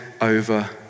over